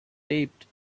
taped